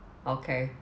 okay